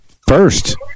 first